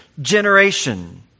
generation